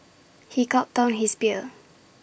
he gulped down his beer